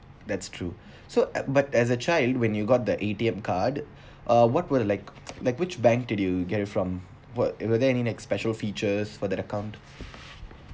that's true so uh but as a child when you got the A_T_M card uh what were like like which bank do you get it from what were there any special features for that account